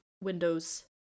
windows